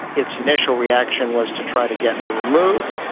its initial reaction was to try to get me removed.